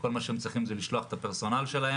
כל מה שהם צריכים זה לשלוח את הפרסונל שלהם,